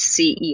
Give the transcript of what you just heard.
CEO